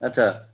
ଆଚ୍ଛା